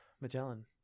magellan